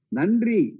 Nandri